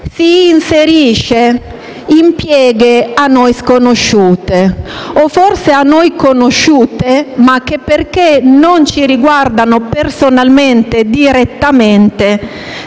si inserisce in pieghe a noi sconosciute, o forse a noi conosciute, ma che, visto che non ci riguardano personalmente e direttamente,